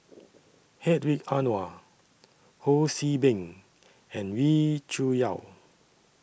Hedwig Anuar Ho See Beng and Wee Cho Yaw